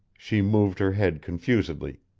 she moved her head confusedly.